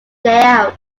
layout